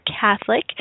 Catholic